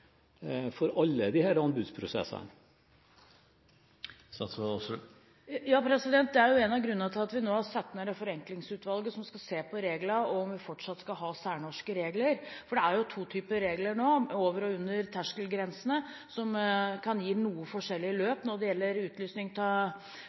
for alle disse anbudsprosessene? Det er jo en av grunnene til at vi nå har satt ned Forenklingsutvalget, som skal se på reglene, og om vi fortsatt skal ha særnorske regler. Det er to typer regler nå, over og under terskelgrensene, som kan gi noe forskjellige